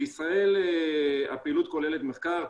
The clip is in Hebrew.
בישראל הפעילות כוללת מחקר,